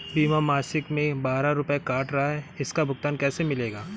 बीमा मासिक में बारह रुपय काट रहा है इसका भुगतान कैसे मिलेगा?